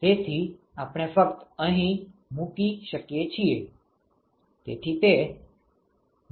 તેથી આપણે ફક્ત અહીં મૂકી શકીએ છીએ